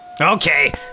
Okay